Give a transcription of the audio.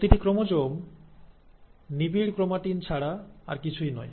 প্রতিটি ক্রোমোজোম নিবিড় ক্রোমাটিন ছাড়া আর কিছুই নয়